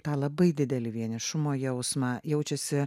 tą labai didelį vienišumo jausmą jaučiasi